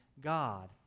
God